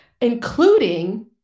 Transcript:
including